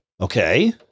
Okay